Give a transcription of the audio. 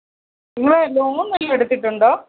നിങ്ങൾ ലോൺ വല്ലതും എടുത്തിട്ടുണ്ടോ